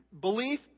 Belief